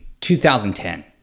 2010